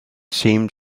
seemed